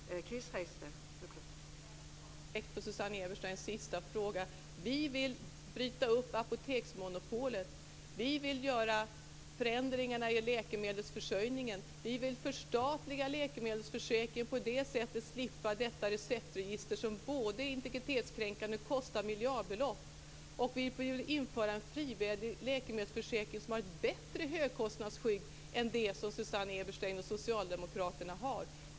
Fru talman! Jag skall då svara direkt på Susanne Ebersteins sista fråga. Vi vill bryta upp apoteksmonopolet. Vi vill göra förändringarna i läkemedelsförsörjningen. Vi vill förstatliga läkemedelsförsäkringen och på det sättet slippa detta receptregister, som både är integritetskränkande och kostar miljardbelopp. Vi vill införa en frivillig läkemedelsförsäkring som har ett bättre högkostnadsskydd än det som Susanne Eberstein och Socialdemokraterna har.